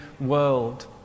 world